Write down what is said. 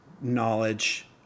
knowledge